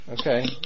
Okay